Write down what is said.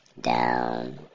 down